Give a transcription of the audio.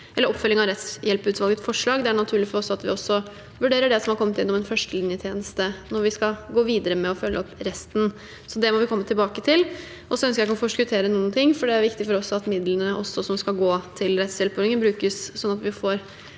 del av oppfølgingen av rettshjelpsutvalgets forslag. Det er naturlig for oss at vi vurderer det som har kommet inn om en førstelinjetjeneste, når vi skal gå videre med å følge opp resten, så det må vi komme tilbake til. Jeg ønsker ikke å forskuttere noen ting, for det er viktig for oss at midlene som skal gå til rettshjelpsordningen, brukes sånn at vi får